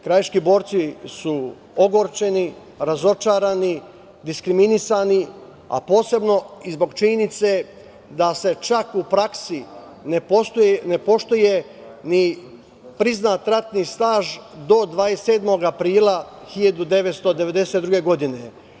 Krajiški borci su ogorčeni, razočarani, diskriminisani, a posebno i zbog činjenice da se čak u praksi ne poštuje ni priznat ratni staž do 27. aprila 1992. godine.